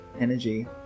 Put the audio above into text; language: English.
energy